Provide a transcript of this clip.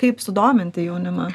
kaip sudominti jaunimą